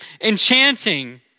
enchanting